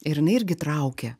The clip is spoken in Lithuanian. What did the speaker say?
ir jinai irgi traukia